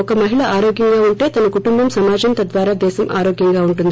ఒక మహిళ ఆరోగ్యంగా ఉంటే తన కుటుంబం సమాజం తద్వారా దేశం ఆరోగ్యంగా ఉంటుంది